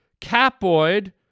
Capoid